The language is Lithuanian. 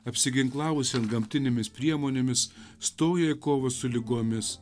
apsiginklavusi antgamtinėmis priemonėmis stoja į kovą su ligomis